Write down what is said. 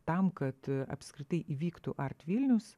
tam kad apskritai įvyktų art vilnius